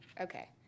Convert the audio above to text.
Okay